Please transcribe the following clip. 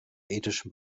ethischen